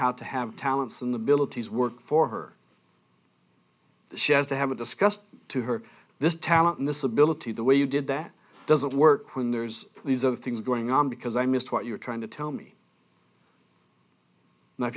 how to have talents and abilities work for her she has to have a discussed to her this talent and this ability the way you did that doesn't work when there's these other things going on because i missed what you're trying to tell me